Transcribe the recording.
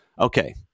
Okay